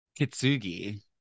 kitsugi